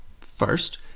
First